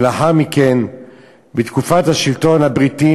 ולאחר מכן בתקופת השלטון הבריטי,